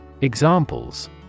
Examples